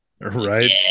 Right